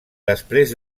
després